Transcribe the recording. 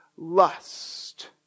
Lust